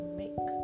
make